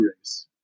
race